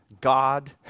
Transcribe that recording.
God